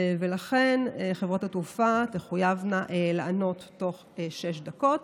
ולכן חברות התעופה תחויבנה לענות תוך שש דקות.